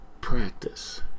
practice